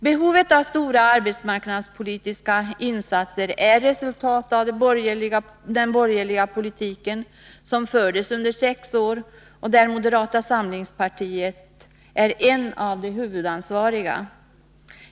Behovet av stora arbetsmarknadspolitiska insatser är ett resultat av den borgerliga politik som fördes under sex år, för vilken moderata samlingspartiet är en av de huvudansvariga.